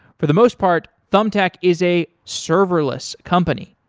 for the most part thumbtack is a serverless company,